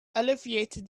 alleviate